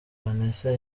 vanessa